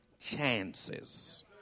chances